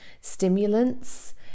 stimulants